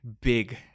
big